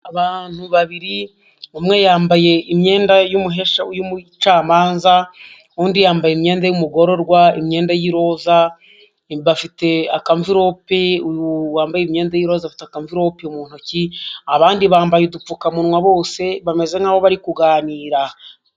Abantu babiri, umwe yambaye imyenda y'umuhesha w'umucamanza, undi yambaye imyenda y'umugororwa imyenda y'iroza, bafite akamvirope wambaye imyenda y'irozafata akamvirope mu ntoki abandi bambaye udupfukamunwa, bose bameze nkaho bari kuganira.